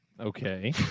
Okay